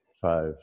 Five